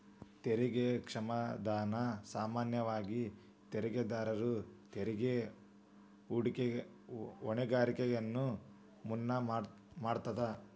ತೆರಿಗೆ ಕ್ಷಮಾದಾನ ಸಾಮಾನ್ಯವಾಗಿ ತೆರಿಗೆದಾರರ ತೆರಿಗೆ ಹೊಣೆಗಾರಿಕೆಯನ್ನ ಮನ್ನಾ ಮಾಡತದ